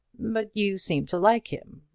but you seemed to like him.